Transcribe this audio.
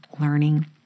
learning